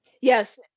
yes